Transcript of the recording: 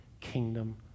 kingdom